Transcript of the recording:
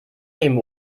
eben